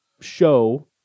show